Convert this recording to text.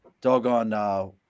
doggone –